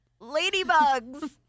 Ladybugs